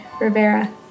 Rivera